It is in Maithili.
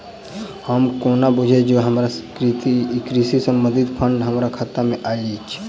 हम कोना बुझबै जे हमरा कृषि संबंधित फंड हम्मर खाता मे आइल अछि?